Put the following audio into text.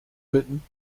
bitten